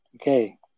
Okay